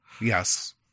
yes